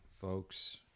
folks